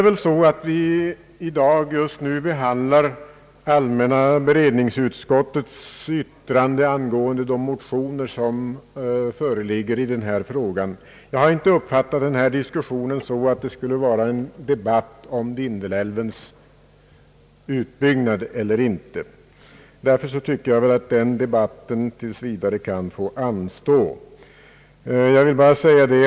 När vi nu behandlar allmänna beredningsutskottets utlåtande angående de motioner som föreligger i denna fråga har diskussionen glidit över till en debatt om Vindelälvens utbyggnad. Jag tycker emellertid att den debatten bör anstå tills vidare.